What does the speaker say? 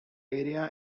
area